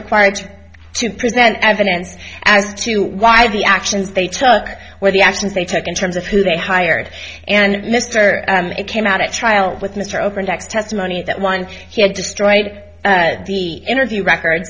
required to present evidence as to why the actions they took where the actions they took in terms of who they hired and mr and it came out at trial with mr overt acts testimony that one he had destroyed the energy records